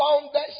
founders